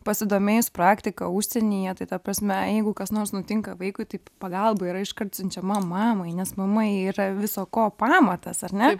pasidomėjus praktika užsienyje tai ta prasme jeigu kas nors nutinka vaikui taip pagalba yra iškart siunčiama mamai nes mama yra viso ko pamatas ar ne